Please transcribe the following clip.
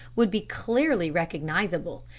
would be clearly recognizable.